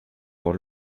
pour